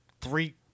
Three